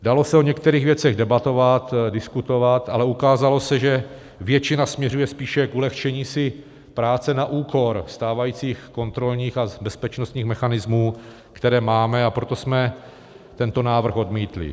Dalo se o některých věcech debatovat, diskutovat, ale ukázalo se, že většina směřuje spíše k ulehčení si práce na úkor stávajících kontrolních a bezpečnostních mechanismů, které máme, a proto jsme tento návrh odmítli.